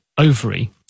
ovary